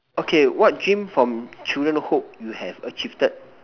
okay what dream from children Hood you have achieved